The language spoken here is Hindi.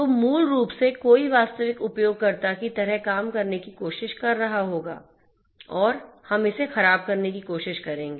तो मूल रूप से कोई वास्तविक उपयोगकर्ता की तरह काम करने की कोशिश कर रहा होगा और हम इसे खराब करने की कोशिश करेंगे